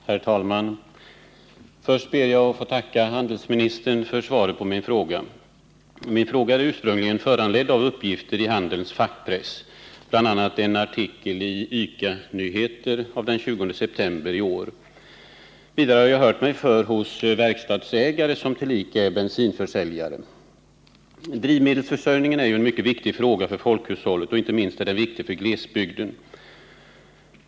Herr talman! Först ber jag att få tacka handelsministern för svaret på min fråga. Min fråga är ursprungligen föranledd av uppgifter i handelns fackpress, bl.a. en artikel i ICA-nyheter den 20 september i år. Vidare har jag hört mig för hos verkstadsägare som tillika är bensinförsäljare. Drivmedelsförsörjningen är ju en mycket viktig fråga för folkhushållet, och inte minst är den viktig för glesbygden.